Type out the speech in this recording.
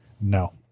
No